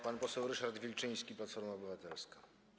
Pan poseł Ryszard Wilczyński, Platforma Obywatelska.